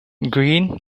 green